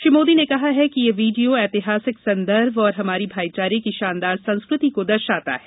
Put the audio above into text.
श्री मोदी ने कहा है कि यह वीडियो ऐतिहासिक संदर्भ और हमारी भाईचारे की शानदार संस्कृति को दर्शाता है